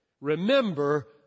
Remember